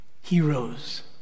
heroes